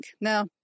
Now